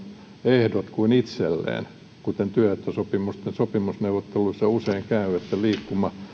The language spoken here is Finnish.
ehdot kuin itselleen kuten työehtosopimusten sopimusneuvotteluissa usein käy että liikkuma